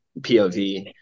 POV